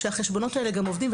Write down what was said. והוא שהחשבונות האלה עובדים,